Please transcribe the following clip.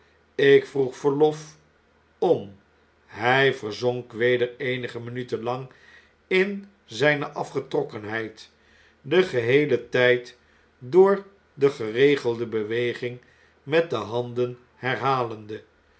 ik vroeg verlof om hij verzonk weder eenige minuten lang in zpe afgetrokkenheid den geheelen tyd door de geregelde beweging met de handen herhalende